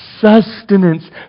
sustenance